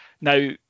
Now